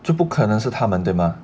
这不可能是他们对吗